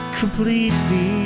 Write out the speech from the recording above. completely